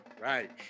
Right